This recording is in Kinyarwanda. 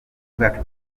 bwacu